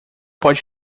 pode